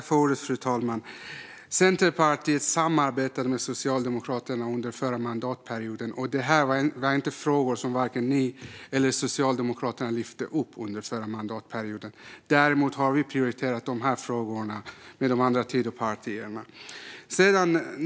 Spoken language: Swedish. Fru talman! Centerpartiet samarbetade med Socialdemokraterna under förra mandatperioden, och det här var inga frågor som vare sig ni eller Socialdemokraterna lyfte upp då. Däremot har vi prioriterat dessa frågor tillsammans med de andra Tidöpartierna.